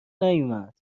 نیومد